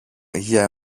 γιε